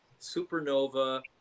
supernova